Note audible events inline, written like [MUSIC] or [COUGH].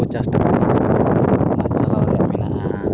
ᱯᱚᱸᱪᱟᱥ ᱴᱟᱠᱟ [UNINTELLIGIBLE] ᱪᱟᱞᱟᱣ [UNINTELLIGIBLE]